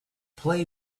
play